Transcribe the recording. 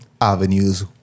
avenues